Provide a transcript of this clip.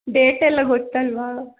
date ಎಲ್ಲ ಗೊತ್ತಲ್ಲವಾ